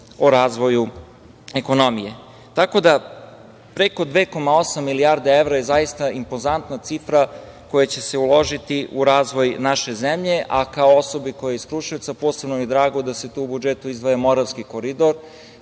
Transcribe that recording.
o razvoju ekonomije. Preko 2,8 milijarde evra je zaista impozantna cifra koja će se uložiti u razvoj naše zemlje, a kao osoba iz Kruševca posebno mi je drago da se u budžetu izdvaja Moravski koridor